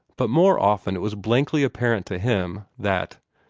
but more often it was blankly apparent to him that,